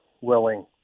willing